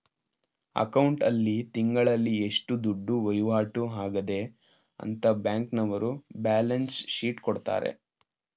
account ಆಲ್ಲಿ ತಿಂಗಳಲ್ಲಿ ಎಷ್ಟು ದುಡ್ಡು ವೈವಾಟು ಆಗದೆ ಅಂತ ಬ್ಯಾಂಕ್ನವರ್ರು ಬ್ಯಾಲನ್ಸ್ ಶೀಟ್ ಕೊಡ್ತಾರೆ